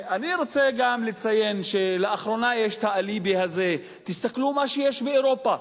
אני רוצה גם לציין שלאחרונה יש האליבי הזה: תסתכלו מה שיש באירופה,